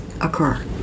occur